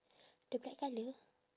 the black colour